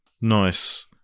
Nice